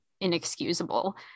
inexcusable